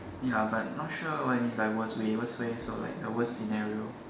ya but not sure when divorce may worst way so like the worst scenario